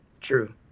True